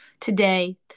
today